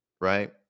right